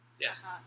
Yes